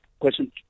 question